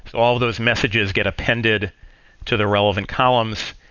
all of those messages get appended to the relevant columns.